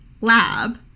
lab